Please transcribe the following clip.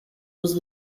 was